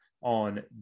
on